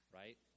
right